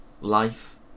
Life